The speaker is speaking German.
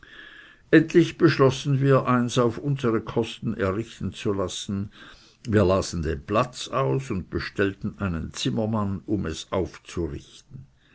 endlich beschlossen wir eins auf unsere kosten errichten zu lassen wir lasen den platz aus und bestellten einen zimmermann um es aufzurichten